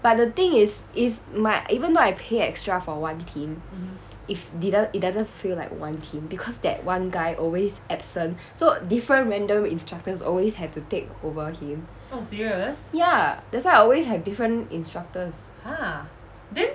but the thing is is my even though I pay extra for one team if didn't it doesn't feel like one team because that one guy always absent so different random instructors always have to take over him ya that's why I always have different instructors